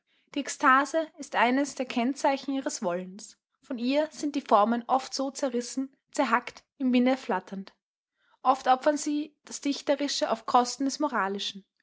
die ekstase ist ein kennzeichen ihres wollens von ihr sind die formen so zerrissen zerhackt im winde flatternd oft opfern sie das dichterische auf kosten des moralischen